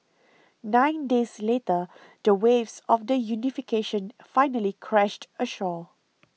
nine days later the waves of the unification finally crashed ashore